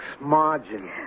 Margin